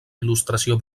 il·lustració